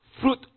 fruit